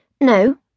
No